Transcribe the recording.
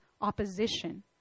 opposition